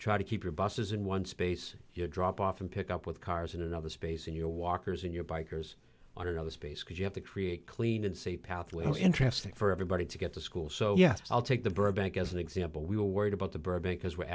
try to keep your buses in one space you drop off and pick up with cars in another space in your walkers in your bikers on another space because you have to create clean and safe pathway to interesting for everybody to get to school so yes i'll take the burbank as an example we were worried about the bird because we're